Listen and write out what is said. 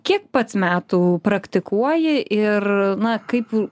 kiek pats metų praktikuoji ir na kaip